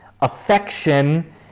affection